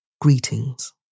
Greetings